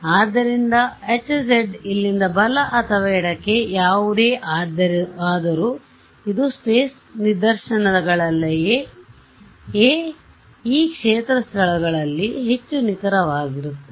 ಆದ್ದರಿಂದ Hz ಇಲ್ಲಿಂದ ಬಲ ಅಥವಾ ಎಡಕ್ಕೆ ಯಾವುದೇ ಆದ್ದರಿಂದ ಇದು ಸ್ಫೇಸ್ ನಿದರ್ಶನಗಳಲ್ಲಿಯೇ ಈ ಕ್ಷೇತ್ರದ ಸ್ಥಳಗಳಲ್ಲಿ ಹೆಚ್ಚು ನಿಖರವಾಗಿರುತ್ತದೆ